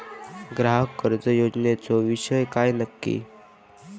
ग्राहक कर्ज योजनेचो विषय काय नक्की?